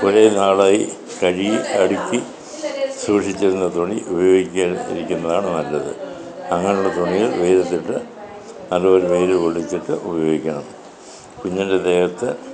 കുറേ നാളായി കഴുകി അടുക്കി സൂക്ഷിച്ചിരുന്ന തുണി ഉപയോഗിക്കാതെ ഇരിക്കുന്നതാണ് നല്ലത് അങ്ങനെയുള്ള തുണികൾ വെയിലത്തിട്ട് നല്ലതുപോലെ വെയില് കൊള്ളിച്ചിട്ട് ഉപയോഗിക്കണം കുഞ്ഞിൻറ്റെ ദേഹത്ത്